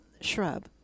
shrub